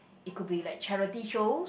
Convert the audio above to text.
it could be like charity shows